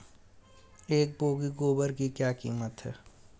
एक बोगी गोबर की क्या कीमत है?